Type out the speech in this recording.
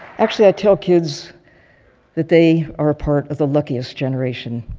actually, i tell kids that they are a part of the luckiest generation.